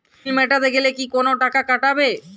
বিল মেটাতে গেলে কি কোনো টাকা কাটাবে?